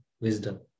wisdom